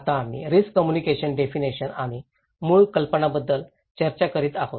आता आम्ही risk communication definition आणि मूळ कल्पनांबद्दल चर्चा करीत आहोत